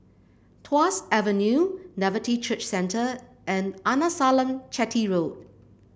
Tuas Avenue Nativity Church Centre and Arnasalam Chetty Road